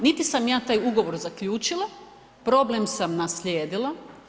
Niti sam ja taj ugovor zaključila, problem sam naslijedila.